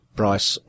price